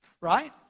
Right